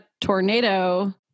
tornado